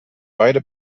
beide